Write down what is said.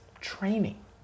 training